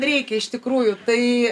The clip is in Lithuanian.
reikia iš tikrųjų tai